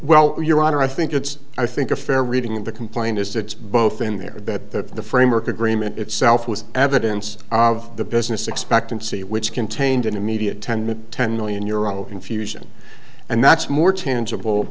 while your honor i think it's i think a fair reading the complaint is it's both in there that the framework agreement itself was evidence of the business expectancy which contained an immediate ten minute ten million euro infusion and that's more tangible